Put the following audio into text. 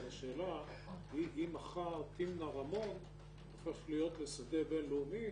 אבל השאלה היא אם מחר תמנע-רמון הופך להיות לשדה בין-לאומי.